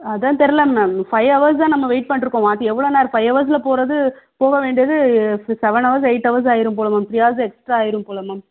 அதான் தெரியல ma'am five ஹவர்ஸாக நம்ம வெயிட் பண்ணிகிட்டு இருக்கோம் எவ்வளோ நேரம் ஃபைவ் ஹவர்ஸில் போகிறது போக வேண்டியது சி செவன் ஹவர்ஸ் எயிட் ஹவர்ஸ் ஆகிரும் போல மேம் த்ரீ ஹவர்ஸ் எக்ஸ்ட்ரா ஆகிடும் போல மேம்